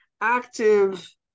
active